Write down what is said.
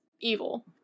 evil